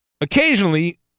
Occasionally